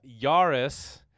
Yaris